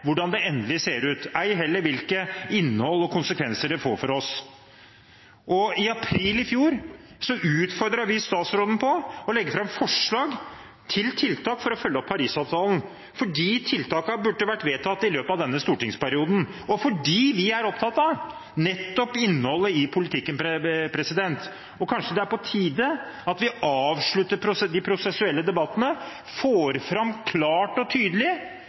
hvordan det endelig ser ut, ei heller hvilket innhold og hvilke konsekvenser det får for oss. I april i fjor utfordret vi statsråden om å legge fram forslag til tiltak for å følge opp Paris-avtalen, fordi de tiltakene burde vært vedtatt i løpet av denne stortingsperioden, og fordi vi er opptatt av nettopp innholdet i politikken. Kanskje er det på tide at vi avslutter de prosessuelle debattene og får klart og tydelig